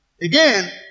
Again